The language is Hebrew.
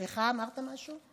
סליחה, אמרת משהו?